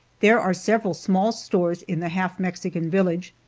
there are several small stores in the half-mexican village,